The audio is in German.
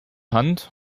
hand